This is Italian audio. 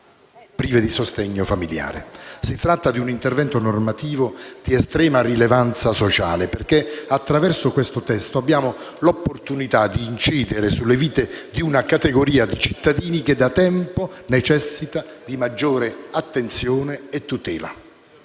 prive del sostegno familiare». Si tratta di un intervento normativo di estrema rilevanza sociale, perché, attraverso questo testo, abbiamo l'opportunità di incidere sulle vite di una categoria di cittadini, che da tempo necessita di maggiore attenzione e tutela.